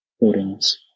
buildings